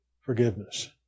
forgiveness